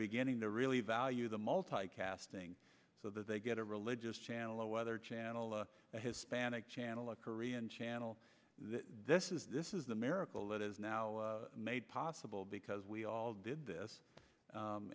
beginning to really value the multicasting so that they get a religious channel a weather channel a hispanic channel a korean channel this is this is the miracle that is now made possible because we all did this